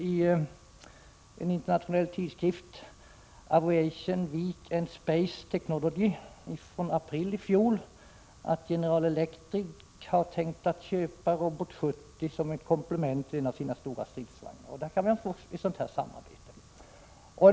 I den internationella tidskriften Aviation Week and Space Technology från april i fjol talas om att General Electric tänkt köpa Robot 70 som komplement till en av sina stora stridsvagnar. Där kan vi få ett sådant samarbete.